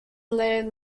lane